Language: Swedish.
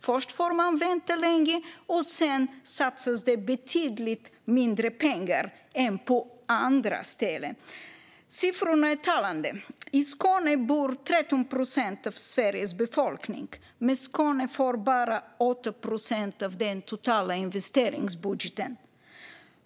Först får de vänta länge, och sedan satsas det betydligt mindre pengar än på andra ställen. Siffrorna är talande. I Skåne bor 13 procent av Sveriges befolkning, men Skåne får bara 8 procent av den totala investeringsbudgeten.